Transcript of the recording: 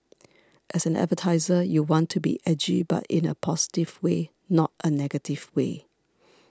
as an advertiser you want to be edgy but in a positive way not a negative way